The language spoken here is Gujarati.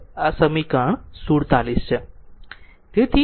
આ સમીકરણ 47 છે